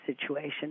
situation